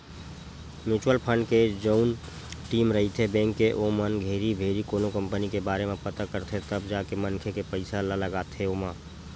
mutual fund के जउन team रहिथे बेंक के ओमन घेरी भेरी कोनो कंपनी के बारे म पता करथे तब जाके मनखे के पइसा ल लगाथे ओमा